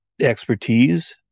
expertise